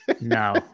No